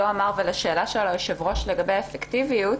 אמר ולשאלת היושב-ראש לגבי האפקטיביות.